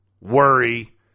worry